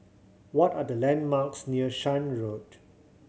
what are the landmarks near Shan Road